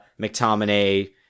McTominay